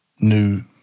new